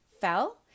fell